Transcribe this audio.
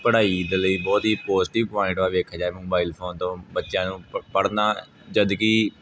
ਪੜ੍ਹਾਈ ਦੇ ਲਈ ਬਹੁਤ ਹੀ ਪੋਜੀਟਿਵ ਪੁਆਇੰਟ ਆ ਵੇਖਿਆ ਜਾਏ ਮੋਬਾਈਲ ਫੋਨ ਤੋਂ ਬੱਚਿਆਂ ਨੂੰ ਪੜ੍ਹਨਾ ਜਦੋਂ ਕਿ